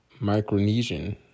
Micronesian